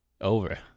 over